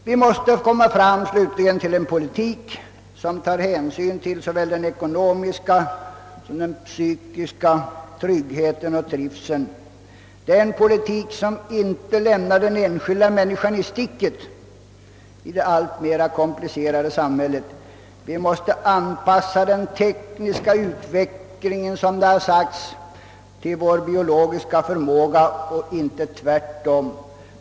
Vi måste slutligen föra en politik, som tar hänsyn till såväl den ekonomiska som den psykiska tryggheten och trivseln — en politik som inte lämnar den enskilda människan i sticket i det alltmer komplicerade samhället. Vi måste anpassa den tekniska utvecklingen, som det har sagts, till vår biologiska förmåsa och inte tvärtom.